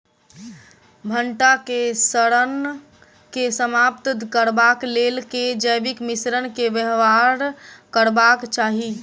भंटा केँ सड़न केँ समाप्त करबाक लेल केँ जैविक मिश्रण केँ व्यवहार करबाक चाहि?